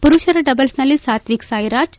ಮರುಷರ ಡಬಲ್ಸನಲ್ಲಿ ಸಾತ್ವಿಕ್ ಸಾಯಿರಾಜ್